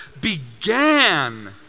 began